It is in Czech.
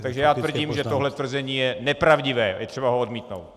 Takže já tvrdím, že tohle tvrzení je nepravdivé a je třeba ho odmítnout.